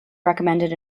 recommended